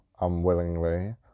unwillingly